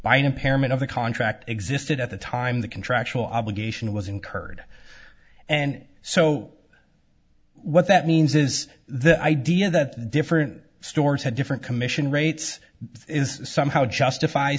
an impairment of the contract existed at the time the contractual obligation was incurred and so what that means is the idea that different stores had different commission rates is somehow justif